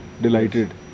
delighted